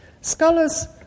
Scholars